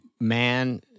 man